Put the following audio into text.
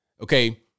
Okay